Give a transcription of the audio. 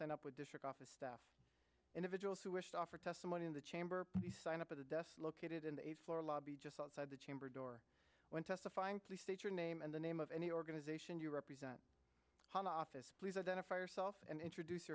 with district office staff individuals who wish to offer testimony in the chamber you sign up at the desk located in a floor lobby just outside the chamber door when testifying please state your name and the name of any organization you represent home office please identify yourself and introduce